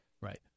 right